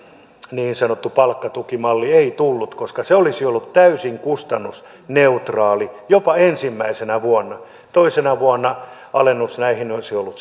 niin sanottu palkkatukimalli ei tullut koska se olisi ollut täysin kustannusneutraali jopa ensimmäisenä vuonna toisena vuonna alennus näihin olisi ollut